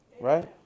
right